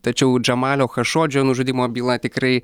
tačiau džamalio chašodžio nužudymo byla tikrai